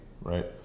Right